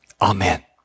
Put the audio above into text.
Amen